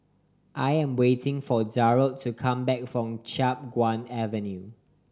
I am waiting for Darold to come back from Chiap Guan Avenue